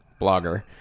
blogger